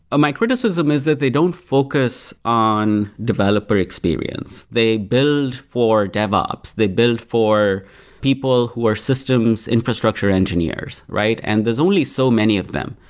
my criticism is that they don't focus on developer experience. they build for devops, they build for people who are systems infrastructure engineers, right? and there's only so many of them,